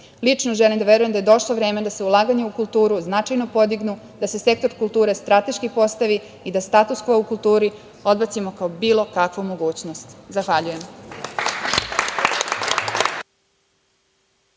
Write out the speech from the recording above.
svrhu. Lično želim da verujem da je došlo vreme da se ulaganja u kulturu značajno podignu, da se sektor kulture strateški postavi i da status kvo u kulturi odbacimo kao bilo kakvu mogućnosti. Zahvaljujem.